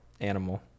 animal